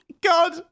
God